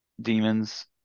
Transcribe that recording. demons